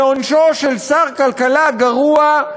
מעונשו של שר כלכלה גרוע,